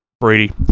brady